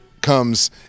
comes